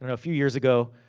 and a few years ago,